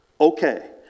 okay